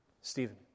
Stephen